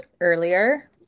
earlier